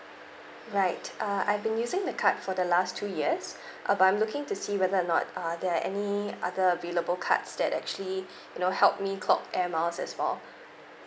right uh I've been using the card for the last two years uh but I'm looking to see whether or not are there any other available cards that actually you know help me clock air miles as well